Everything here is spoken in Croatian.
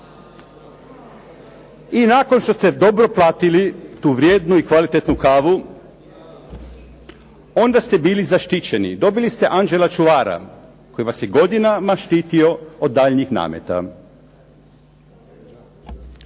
I nakon što ste dobro platili tu vrijednu i kvalitetnu kavu, onda ste bili zaštićeni, dobili ste anđela čuvara koji vas je godinama štitio od daljnjih nameta.